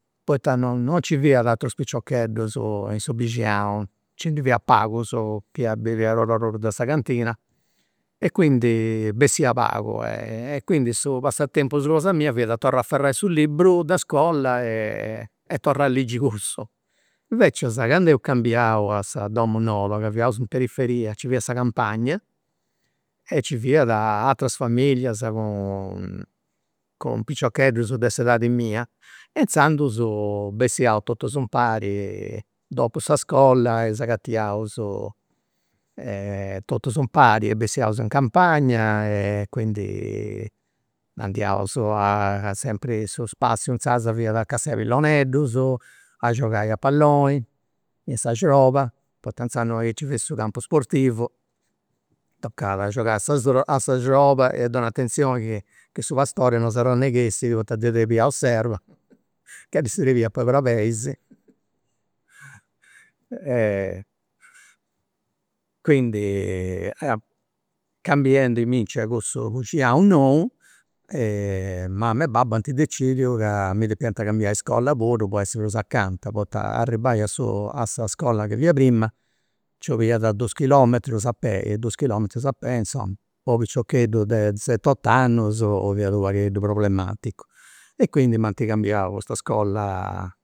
Poita non nci ndi fiant piciocheddus in su bixinau, nci ndi fiat pagus, biviaus or'oru de sa cantina e quindi bessia pagu e quindi su passatempus cosa mia fiat a torrai afferrai su liburu de iscola e e trrà a ligi cussu. Invecias candu eus cambiau a sa domu noba ca fiaus in periferia, nci fiat sa campagna e nci fiat ateras familias cun cun piciocheddus de s'edadi mia e inzandus bessiaus totus impari dopu sa iscola e s'agatiaus totus impari e bessiaus in campagna e quindi andiaus a sempri su spassiu inzasa fiat a cassai pilloneddus, a giogai a palloni, in sa arxioba, poita inzaras non est chi ci fessit su campu sportivu, toccat a giogai a s'arxioba e donai atenzioni chi su pastori non s'arrenneghessit poita ddi trebiaus s'erba ca ddi srebiat po i' brabeis quindi cambienduminci a i cussu bixinau nou mama e babbu ant decidiu ca mi depiant cambiai iscola puru po essi prus acanta, poita arribai a su a sa iscola chi fia prima nci'oliant dus chilometrus a pei e dus chilometrus a pei, insoma, po unu piciocheddu de set'ot'annus fiat u' pagheddu problematicu e quindi m'ant cambiau a custa iscola